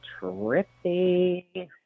trippy